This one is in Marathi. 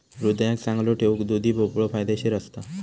हृदयाक चांगलो ठेऊक दुधी भोपळो फायदेशीर असता